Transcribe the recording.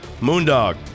Moondog